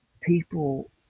people